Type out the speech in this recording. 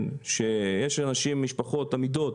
יש משפחות עמידות